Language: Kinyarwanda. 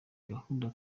gahunda